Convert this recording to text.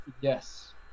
Yes